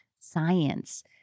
science